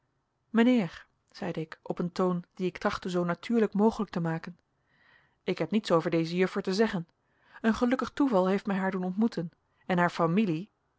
mijnheer zeide ik op een toon dien ik trachtte zoo natuurlijk mogelijk te maken ik heb niets over deze juffer te zeggen een gelukkig toeval heeft mij haar doen ontmoeten en haar familie